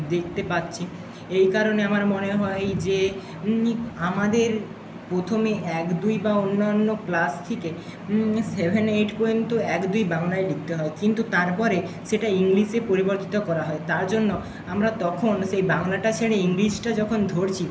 দেখতে পাচ্ছি এই কারণে আমার মনে হয় যে আমাদের প্রথমে এক দুই বা অন্য অন্য ক্লাস থেকে সেভেন এইট পর্যন্ত এক দুই বাংলায় লিখতে হয় কিন্তু তারপরে সেটা ইংলিশে পরিবর্তিত করা হয় তার জন্য আমরা তখন সেই বাংলাটা ছেড়ে ইংলিশটা যখন ধরছি